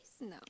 No